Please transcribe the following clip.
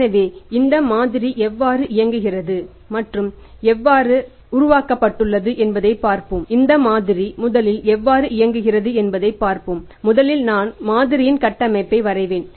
எனவே இந்த மாதிரி எவ்வாறு இயங்குகிறது மற்றும் எவ்வாறு உருவாக்கப்பட்டுள்ளது என்பதைப் பார்ப்போம் இந்த மாதிரி முதலில் எவ்வாறு இயங்குகிறது என்பதைப் பார்ப்போம் முதலில் நான் மாதிரியின் கட்டமைப்பை வரைவேன்